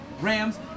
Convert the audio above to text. Rams